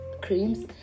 creams